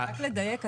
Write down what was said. רק לדייק,